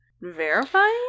verifying